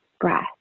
breath